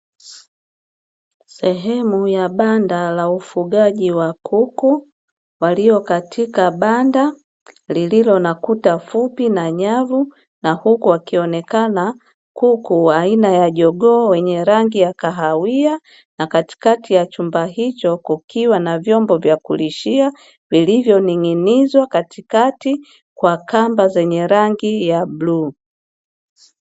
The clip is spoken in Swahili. Sehemu ya banda la ufugaji wa kuku waliokatika banda lililonakuta fupi na nyavu na huku wakionekana kuku wa aina ya jogoo wenye rangi ya kahawia, na katikati ya chumba hicho kukiwa na vyombo vya kulishia vilivyoning'inizwa katikati kwa kamba zenye rangi ya bluu.